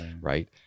Right